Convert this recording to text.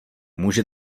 může